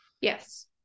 Yes